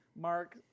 Mark